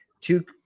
Two